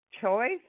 choice